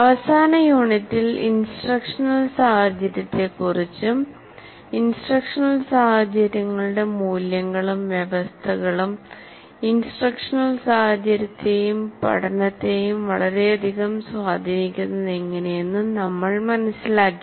അവസാന യൂണിറ്റിൽ ഇൻസ്ട്രക്ഷണൽ സാഹചര്യത്തെക്കുറിച്ചും ഇൻസ്ട്രക്ഷണൽ സാഹചര്യങ്ങളുടെ മൂല്യങ്ങളും വ്യവസ്ഥകളും ഇൻസ്ട്രക്ഷണൽ സാഹചര്യത്തെയും പഠനത്തെയും വളരെയധികം സ്വാധീനിക്കുന്നതെങ്ങനെയെന്നും നമ്മൾ മനസ്സിലാക്കി